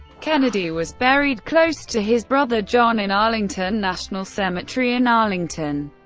kennedy was buried close to his brother john in arlington national cemetery in arlington,